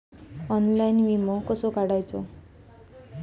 Online विमो कसो काढायचो?